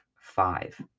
five